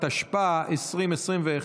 התשפ"א 2021,